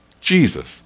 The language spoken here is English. Jesus